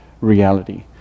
Reality